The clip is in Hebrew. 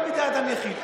גם בידי אדם יחיד.